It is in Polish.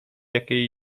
jakiej